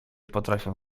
potrafią